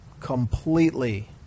completely